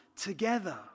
together